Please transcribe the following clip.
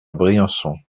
briançon